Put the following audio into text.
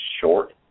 short